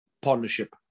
partnership